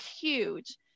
huge